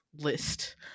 list